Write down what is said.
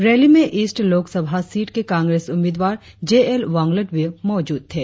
rally में east Lok Sabha seat के कांग्रेस उम्मीदवार जे एल वांगलट भी मौजूद थे